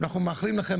אנחנו מאחלים לכם,